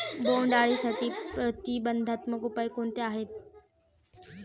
बोंडअळीसाठी प्रतिबंधात्मक उपाय कोणते आहेत?